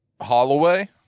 Holloway